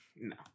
No